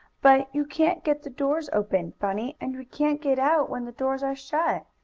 but you can't get the doors open, bunny, and we can't get out when the doors are shut.